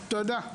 תודה.